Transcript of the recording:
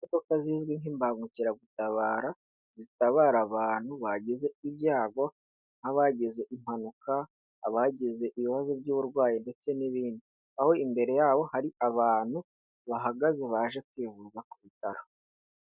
Imodoka zizwi nk'imbangukiragutabara zitabara abantu bagize ibyago nk'abagize impanuka, abagize ibibazo by'uburwayi ndetse n'ibindi. Aho imbere yabo hari abantu bahagaze baje kwivuza ku bitaro.